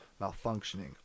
malfunctioning